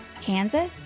Kansas